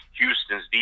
Houston's